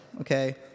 Okay